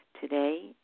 Today